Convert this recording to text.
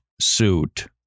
suit